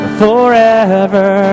forever